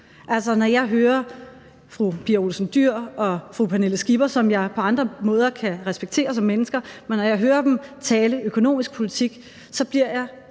når jeg hører fru Pia Olesen Dyhr og fru Pernille Skipper, som jeg på andre måder kan respektere som mennesker, tale økonomisk politik, bliver jeg